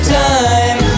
time